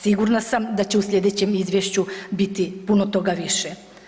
Sigurna sam da će u slijedećem izvješću biti puno toga više.